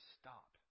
stop